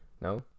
no